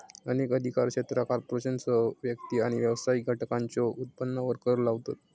अनेक अधिकार क्षेत्रा कॉर्पोरेशनसह व्यक्ती आणि व्यावसायिक घटकांच्यो उत्पन्नावर कर लावतत